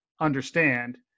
understand